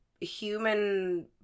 human